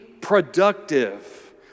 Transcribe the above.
productive